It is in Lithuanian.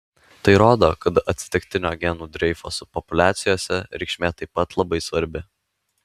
tai rodo kad atsitiktinio genų dreifo subpopuliacijose reikšmė taip pat labai svarbi